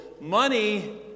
money